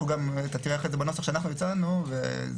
אתה תראה את זה בנוסח שאנחנו הצגנו וזה